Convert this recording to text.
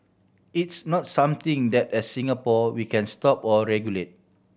it's not something that as Singapore we can stop or regulate